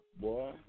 Boy